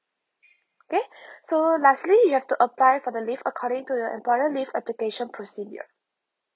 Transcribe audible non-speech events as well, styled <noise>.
okay <breath> so lastly you have to apply for the leave according to your employer leave application procedure